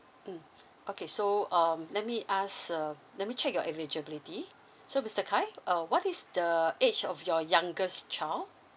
mm okay so um let me ask uh let me check your eligibility so mister khai uh what is the age of your youngest child